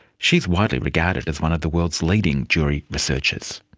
she's widely regarded as one of the world's leading jury researchers.